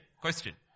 question